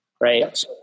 right